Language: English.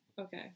Okay